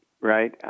Right